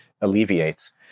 alleviates